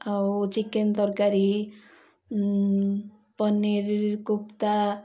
ଆଉ ଚିକେନ ତରକାରୀ ପନିର କୋପ୍ତା